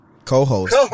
co-host